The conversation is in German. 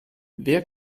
wer